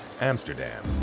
Amsterdam